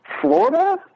Florida